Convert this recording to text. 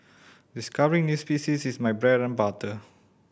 discovering new species is my bread and butter